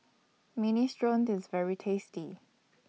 Minestrone IS very tasty